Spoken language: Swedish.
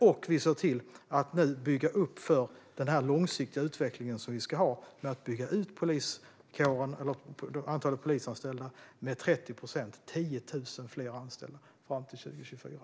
Vi ser också till att bygga upp för den långsiktiga utvecklingen genom att bygga ut antalet polisanställda med 30 procent, alltså 10 000 fler anställda fram till 2024.